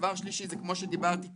דבר שלישי זה כמו שדיברתי קודם,